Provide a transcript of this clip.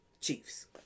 Chiefs